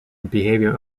behavior